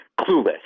clueless